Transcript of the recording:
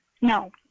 No